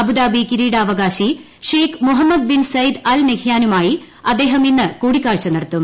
Abu Dhabi കിരീടാവകാശി Sheikh Mohammed bin Zayed Al നഹ്യാനുമായി അദ്ദേഹം ഇന്ന് കൂടിക്കാഴ്ച നടത്തും